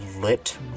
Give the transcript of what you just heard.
lit